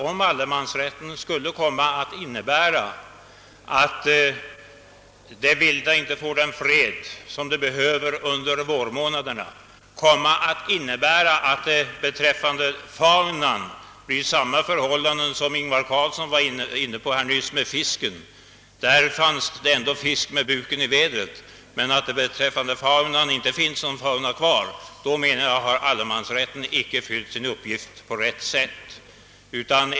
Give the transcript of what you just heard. Om allemansrätten skulle komma att innebära, att det vilda inte får den fred under vårmånaderna som det behöver, får vi kanske beträffande faunan samma förhållande, som herr Carlsson i Tyresö nyss var inne på beträffande fisket. Där fanns det ändå fisk med buken i vädret. Men om det inte finns någon fauna kvar, då har allemansrätten icke fyllt sin uppgift på rätt sätt.